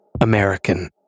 American